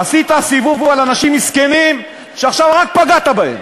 עשית סיבוב על אנשים מסכנים, שעכשיו רק פגעת בהם.